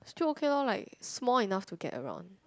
still okay loh like small enough to get around